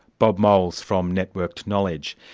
bob moles, from networked knowledge.